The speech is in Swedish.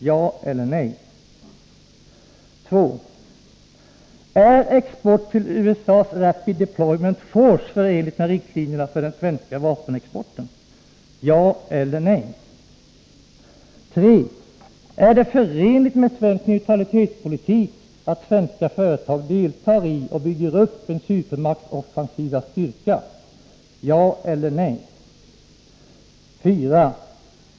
Ja eller nej. 2. Är export till USA:s Rapid Deployment Force förenligt med riktlinjerna för den svenska vapenexporten? Ja eller nej. 3. Är det förenligt med svensk neutralitetspolitik att svenska företag deltar i och bygger upp en supermakts offensiva styrka? Ja eller nej. 4.